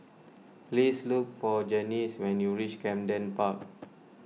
please look for Janyce when you reach Camden Park